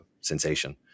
sensation